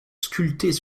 sculptées